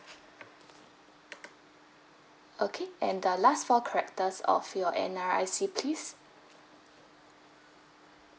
okay and the last four characters of your N_R_I_C please